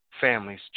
families